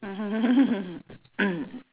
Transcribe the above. mm